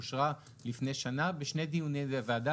אושרה לפני שנה בשני דיוני ועדה.